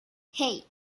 hey